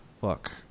fuck